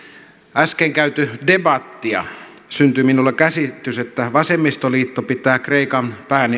äsken käytyä debattia syntyi minulle käsitys että vasemmistoliitto pitää kreikan